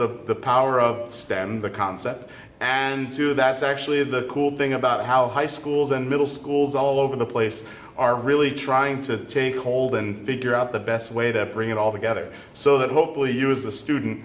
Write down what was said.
that's the power of stan the concept and two that's actually the cool thing about how high schools and middle schools all over the place are really trying to take hold and figure out the best way to bring it all together so that hopefully you as a student